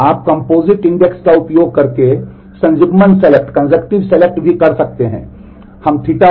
आप composite index बेशक पहले के आंकड़ों पर निर्भर है